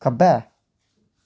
खब्बै